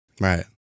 right